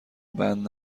بند